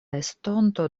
estonto